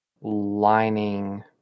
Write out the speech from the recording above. lining